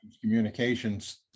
communications